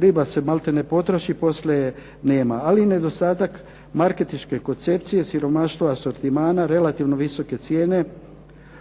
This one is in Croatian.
riba se malte ne potroši i poslije je nama. Ali i nedostatak marketinške koncepcije, siromaštva asortimana, relativno visoke cijene